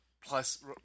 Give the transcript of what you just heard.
Plus